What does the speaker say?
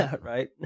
right